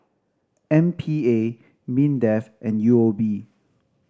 M P A MINDEF and U O B